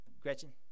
Gretchen